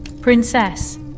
Princess